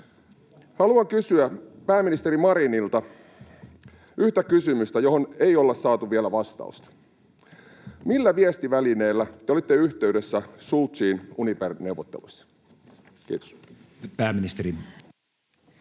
Haluan kysyä pääministeri Marinilta yhtä kysymystä, johon ei olla saatu vielä vastausta: millä viestivälineellä te olitte yhteydessä Scholziin Uniper-neuvotteluissa? — Kiitos. [Speech